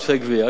עודפי גבייה.